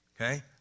okay